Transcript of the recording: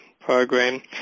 program